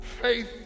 faith